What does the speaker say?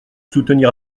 soutenir